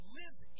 lives